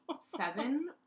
seven